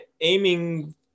aiming